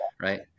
Right